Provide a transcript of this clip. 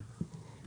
כן.